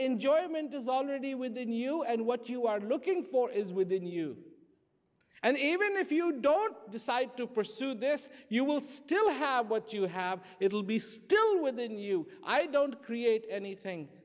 enjoyment is already with the new and what you are looking for is within you and even if you don't decide to pursue this you will still have what you have it will be still within you i don't create anything